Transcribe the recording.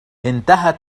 انتهت